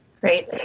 Great